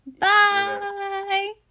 Bye